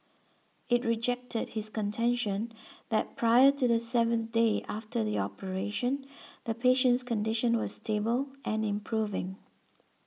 it rejected his contention that prior to the seven day after the operation the patient's condition was stable and improving